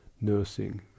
nursing